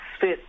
fit